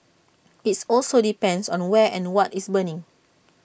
IT also depends on where and what is burning